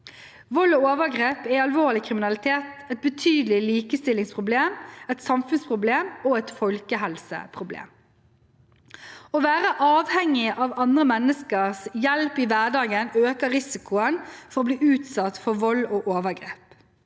Vold og overgrep er alvorlig kriminalitet, et betydelig likestillingsproblem, et samfunnsproblem og et folkehelseproblem. Å være avhengig av andre menneskers hjelp i hverdagen øker risikoen for å bli utsatt for vold og overgrep.